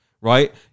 right